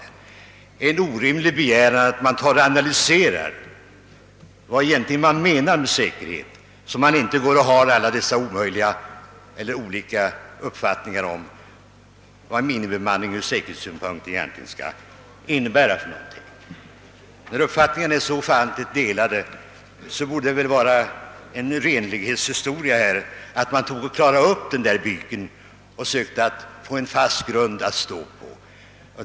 är det en orimlig begäran att man analyserar vad man menar, så att man inte framfört alla dessa olika uppfattningar om vad minimibemanning ur säkerhetssynpunkt egentligen skall innebära? När uppfattningarna är så ofantligt delade borde det vara ett renlighetskrav att man klarade upp denna byk och sökte att få fast grund att stå på.